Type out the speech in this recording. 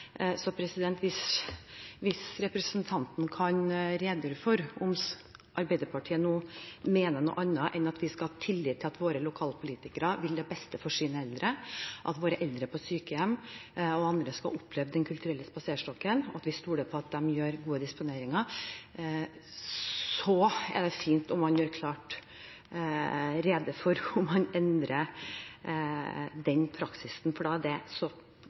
representanten redegjøre for om Arbeiderpartiet nå mener noe annet enn at vi skal ha tillit til at våre lokalpolitikere vil det beste for sine eldre, slik at våre eldre på sykehjem og andre får oppleve Den kulturelle spaserstokken – at vi stoler på at de gjør gode disponeringer? Og så er det fint om man gjør klart rede for om man har endret den praksisen, for da